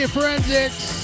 Forensics